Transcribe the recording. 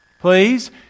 please